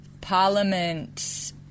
Parliament